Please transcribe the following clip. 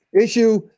issue